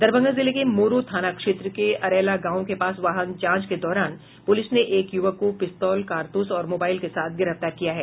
दरभंगा जिले के मोरो थाना क्षेत्र के अरैला गांव के पास वाहन जांच के दौरान पुलिस ने एक युवक को पिस्तौल कारतूस और मोबाइल के साथ गिरफ्तार किया है